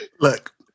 Look